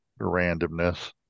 Randomness